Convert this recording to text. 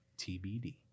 tbd